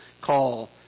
call